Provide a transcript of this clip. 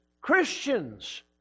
Christians